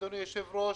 אדוני היושב-ראש,